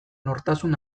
nortasun